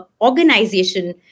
organization